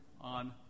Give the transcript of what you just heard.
on